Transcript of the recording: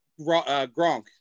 Gronk